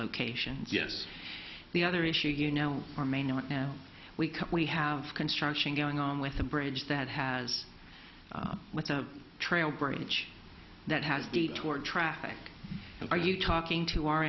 locations yes the other issue you know or may not now we can we have construction going on with a bridge that has with the trailer bridge that has to be toward traffic and are you talking to our